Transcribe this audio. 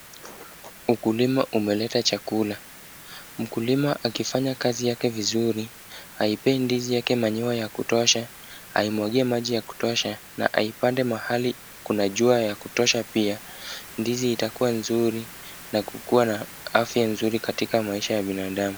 Ukulima umeleta chakula. Mkulima akifanya kazi yake vizuri, aipee ndizi yake manure ya kutosha, aimwagie maji ya kutosha, na aipande mahali kuna jua ya kutosha pia, ndizi itakua nzuri na kukuwa na afya nzuri katika maisha ya binadamu.